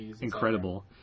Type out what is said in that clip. incredible